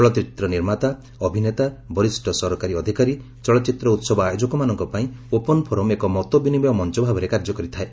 ଚଳଚ୍ଚିତ୍ର ନିର୍ମାତା ଅଭିନେତା ବରିଷ୍ଣ ସରକାରୀ ଅଧିକାରୀ ଚଳଚ୍ଚିତ୍ର ଉତ୍ସବ ଆୟୋଜକମାନଙ୍କ ପାଇଁ 'ଓପନ୍ ଫୋରମ୍' ଏକ ମତ ବିନିମୟ ମଞ୍ଚ ଭାବରେ କାର୍ଯ୍ୟ କରିଥାଏ